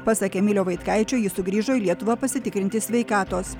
pasiekė emilio vaitkaičio jis sugrįžo į lietuvą pasitikrinti sveikatos